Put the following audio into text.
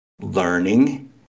learning